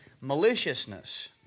maliciousness